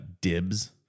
dibs